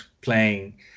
playing